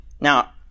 Now